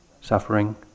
suffering